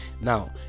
now